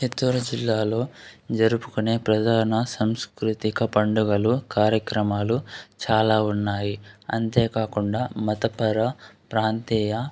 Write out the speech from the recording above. చిత్తూరు జిల్లాలో జరుపుకునే ప్రధాన సంస్కృతిక పండుగలు కార్యక్రమాలు చాలా ఉన్నాయి అంతేకాకుండా మతపర ప్రాంతీయ